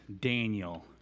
Daniel